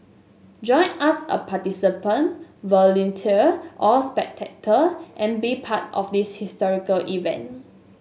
join us a participant volunteer or spectator and be part of this historic event